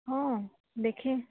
ହଁ ଦେଖେ